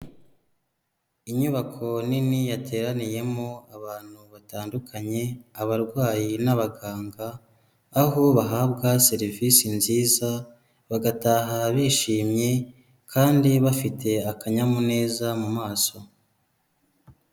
Inyubako nini yateraniyemo abantu batandukanye, abarwayi n'abaganga, aho bahabwa serivisi nziza, bagataha bishimye kandi bafite akanyamuneza mu maso.